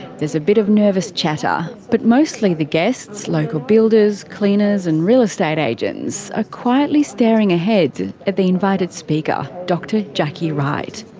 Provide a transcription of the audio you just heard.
there's a bit of nervous chatter but mostly the guests local builders, cleaners and real estate agents are quietly staring ahead at the invited speaker, dr. jackie wright.